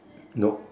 nope